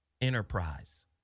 enterprise